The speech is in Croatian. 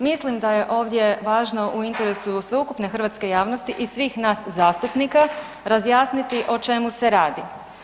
Mislim da je ovdje važno u interesu sveukupne hrvatske javnosti i svih nas zastupnika, razjasniti o čemu se radi.